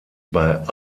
bei